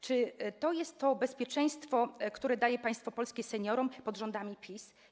Czy to jest to bezpieczeństwo, które daje państwo polskie seniorom pod rządami PiS?